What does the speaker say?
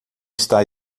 está